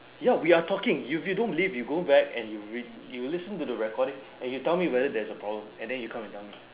ya we are talking you if you don't believe you go back and you're you listen to the recording and you tell me whether there's a problem and then you come and tell me